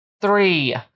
Three